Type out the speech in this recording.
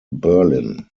berlin